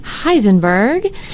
Heisenberg